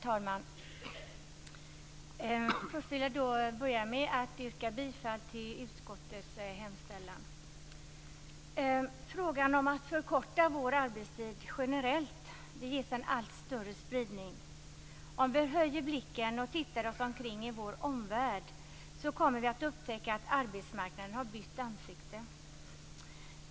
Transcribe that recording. Herr talman! Jag vill börja med att yrka bifall till utskottets hemställan. Frågan om att förkorta vår arbetstid generellt ges en allt större spridning. Om vi höjer blicken och tittar oss omkring i vår omvärld kommer vi att upptäcka att arbetsmarknaden har bytt ansikte.